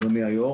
אדוני היושב-ראש